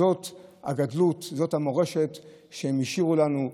זאת הגדולה, זאת המורשת שהם השאירו לנו.